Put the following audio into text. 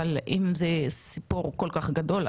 אבל אם זה סיפור כל כך גדול,